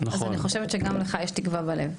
אז אני חושבת שגם לך יש תקווה בלב.